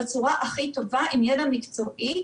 בצורה הכי טובה עם ידע מקצועי.